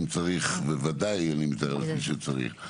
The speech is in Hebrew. אם צריך בוודאי אני מתאר לעצמי שצריך.